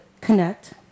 connect